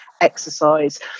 exercise